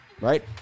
right